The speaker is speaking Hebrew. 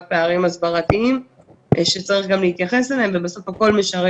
פערים הסברתיים שצריך גם להתייחס אליהם והסך הכול משרת